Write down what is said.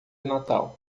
natal